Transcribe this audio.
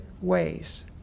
ways